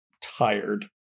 tired